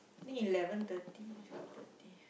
I think eleven thirty to twelve thirty